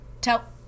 Tell-